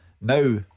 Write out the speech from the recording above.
Now